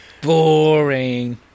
boring